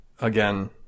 again